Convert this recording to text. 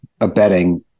Abetting